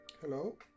Hello